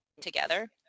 together